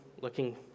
looking